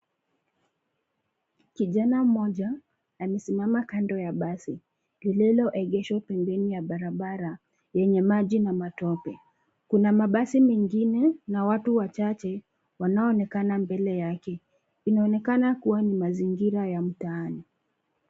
Kijana mmoja alisimama kando ya basi lililoegeshwa pembeni ya barabara yenye maji na matope. Kuna mabasi mengine na watu wachache wanaoonekana mbele yake. Inaonekana kuwa ni mazingira ya mtaani.